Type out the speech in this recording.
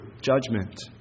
judgment